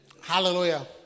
Hallelujah